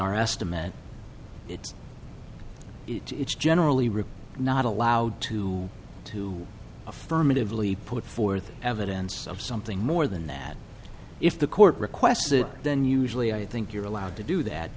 our estimate it's it's generally ripped not allowed to to affirmatively put forth evidence of something more than that if the court requests it then usually i think you're allowed to do that